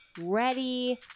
Ready